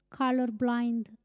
Colorblind